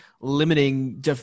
limiting